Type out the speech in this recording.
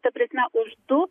ta prasme už du